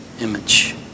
image